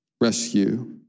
rescue